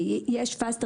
יש ---,